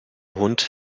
hund